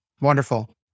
Wonderful